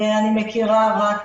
אני מכירה רק